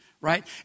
right